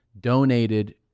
donated